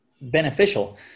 beneficial